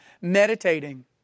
meditating